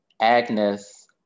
Agnes